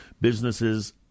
businesses